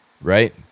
Right